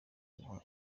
kubaha